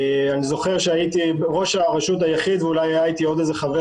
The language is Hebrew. אני זוכר שהייתי ראש הרשות היחיד ואולי היה איתי עוד איזה חבר